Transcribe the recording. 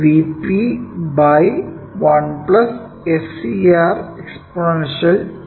Vp 1 SCRഎക്സ്പോണൻഷ്യൽ t